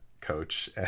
coach